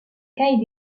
caille